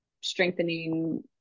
strengthening